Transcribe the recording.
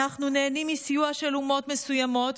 אנחנו נהנים מסיוע של אומות מסוימות,